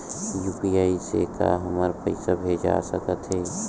UPI से का हमर पईसा भेजा सकत हे?